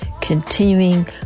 continuing